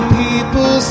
people